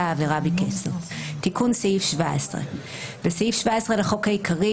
העבירה ביקש זאת." תיקון סעיף 17 1 בסעיף 17 לחוק העיקרי,